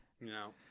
No